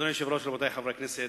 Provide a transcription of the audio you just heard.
אדוני היושב-ראש, רבותי חברי הכנסת,